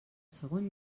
segon